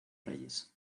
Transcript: reyes